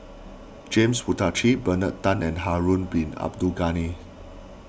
James Puthucheary Bernard Tan and Harun Bin Abdul Ghani